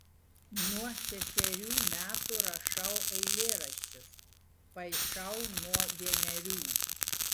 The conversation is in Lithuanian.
nuo šešerių metų rašau eilėraščius paišau nuo vienerių